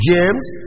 James